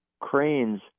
cranes